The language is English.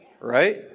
right